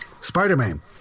Spider-Man